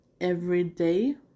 everyday